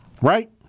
Right